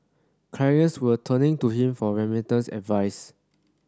clients were turning to him for remittance advice